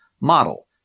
model